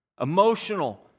emotional